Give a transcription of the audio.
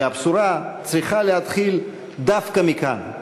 והבשורה צריכה להתחיל דווקא מכאן.